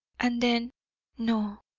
and then no,